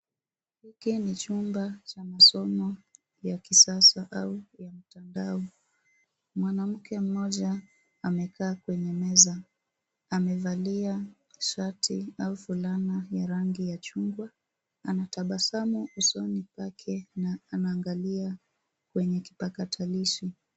Hiki ni chumba ya masomo ya kisasa au ya mtandao. Mwanamke mmoja akekaa kwenye meza. Amevalia shati aua fulana ya rangi ya chungwa. Anatabasamu usoni pake na anaangalia kwenye kipatakalishi.